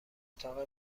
اتاق